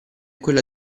quella